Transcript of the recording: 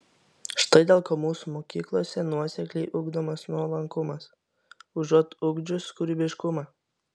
štai dėl ko mūsų mokyklose nuosekliai ugdomas nuolankumas užuot ugdžius kūrybiškumą